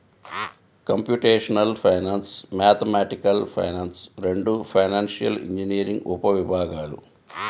computational finance, mathematical finance రెండూ financial engineering ఉపవిభాగాలు